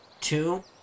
two